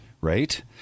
right